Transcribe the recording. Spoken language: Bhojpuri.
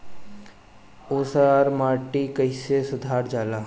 ऊसर माटी कईसे सुधार जाला?